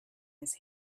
his